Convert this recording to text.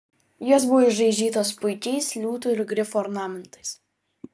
jos buvo išraižytos puikiais liūtų ir grifų ornamentais